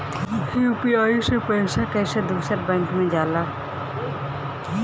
UPI से पैसा कैसे दूसरा बैंक मे जाला?